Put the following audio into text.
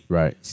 right